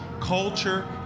culture